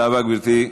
תודה רבה, גברתי.